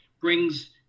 brings